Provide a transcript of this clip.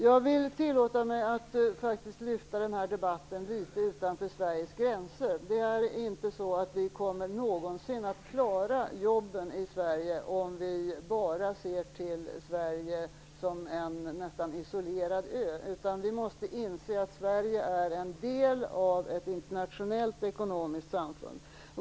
Jag vill tillåta mig att lyfta den här debatten litet utanför Sveriges gränser. Vi kommer aldrig någonsin att klara jobben i Sverige om vi bara ser till Sverige som en nästan isolerad ö. Vi måste inse att Sverige är en del av ett internationellt ekonomiskt samfund.